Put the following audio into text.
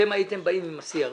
אתם הייתם באים עם ה-CRS,